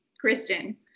Kristen